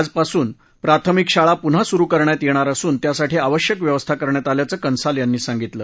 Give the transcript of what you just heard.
आजपासून प्राथमिक शाळा पुन्हा सुरु करण्यात येणार असून त्यासाठी आवश्यक व्यवस्था करण्यात आल्याचं कंसाल यांनी सांगितलं